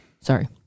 Sorry